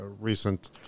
recent